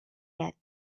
yet